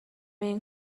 این